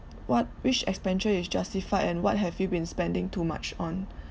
what which expenditure is justified and what have you been spending too much on